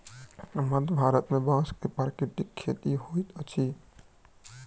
मध्य भारत में बांस के प्राकृतिक खेती होइत अछि